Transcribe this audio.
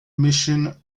mission